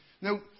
Now